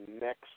next